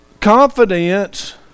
confidence